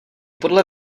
podle